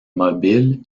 mobile